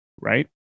right